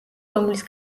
რომლის